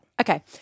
Okay